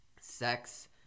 sex